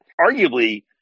Arguably